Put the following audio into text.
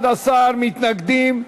11 מתנגדים,